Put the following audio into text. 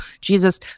Jesus